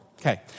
Okay